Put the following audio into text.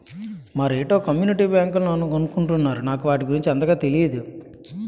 మరేటో కమ్యూనిటీ బ్యాంకులని అనుకుంటున్నారు నాకు వాటి గురించి అంతగా తెనీదు